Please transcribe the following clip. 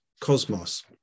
cosmos